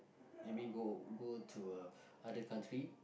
let me go go to uh other country